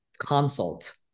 consult